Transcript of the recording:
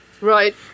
Right